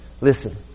listen